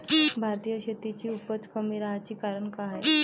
भारतीय शेतीची उपज कमी राहाची कारन का हाय?